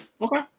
okay